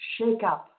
shakeup